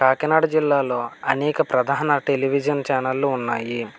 కాకినాడ జిల్లాలో అనేక ప్రధాన టెలివిజన్ ఛానళ్ళు ఉన్నాయి